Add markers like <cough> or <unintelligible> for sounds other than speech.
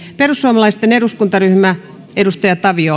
perussuomalaisten eduskuntaryhmä edustaja tavio <unintelligible>